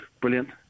brilliant